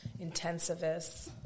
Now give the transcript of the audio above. intensivists